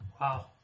Wow